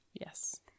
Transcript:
Yes